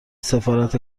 سفارت